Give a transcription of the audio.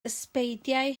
ysbeidiau